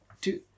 two